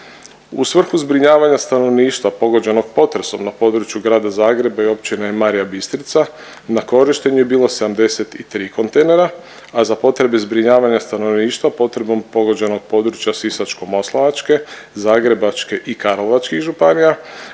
U svrhu zbrinjavanja stanovništva pogođenog potresom na području Grada Zagreba i Općine Marija Bistrica na korištenju je bilo 73 kontejnera, a za potrebe zbrinjavanja stanovništva potrebom pogođenog područja Sisačko-moslavačke, Zagrebačke i Karlovačkih županija